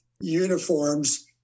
uniforms